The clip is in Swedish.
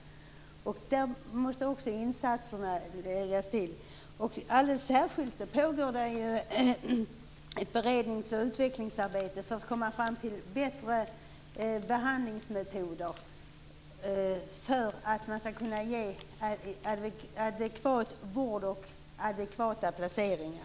Där måste insatser sättas in. Det pågår ett särskilt berednings och utvecklingsarbete för att komma fram till bättre behandlingsmetoder och kunna ge adekvat vård och göra adekvata placeringar.